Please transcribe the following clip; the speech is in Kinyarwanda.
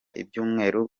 ibyumweru